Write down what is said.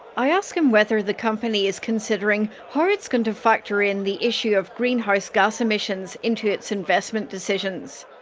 i ask him whether the company is considering how it's going to factor in the issue of greenhouse gas emissions into its investment decisions.